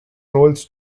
rolls